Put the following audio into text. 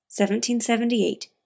1778